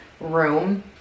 room